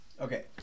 Okay